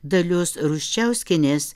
dalios ruščiauskienės